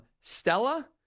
Stella